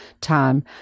time